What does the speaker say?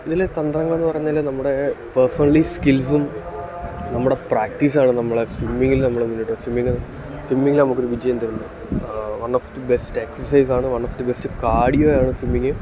ഇതിൽ തന്ത്രങ്ങളെന്നു പറഞ്ഞാൽ നമ്മുടെ പേഴ്സണലി സ്കിൽസും നമ്മുടെ പ്രാക്ടീസാണ് നമ്മളുടെ സ്വിമ്മിങ്ങിൽ നമ്മളെ മുന്നോട്ട് സ്വിമ്മിങ് സ്വിമ്മിങ്ങിൽ നമുക്കൊരു വിജയം തരുന്നത് വൺ ഓഫ് ദി ബെസ്റ്റ് എക്സർസൈസാണ് one of the best cardio ആണ് സ്വിമ്മിങ്ങ്